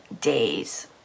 days